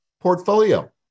portfolio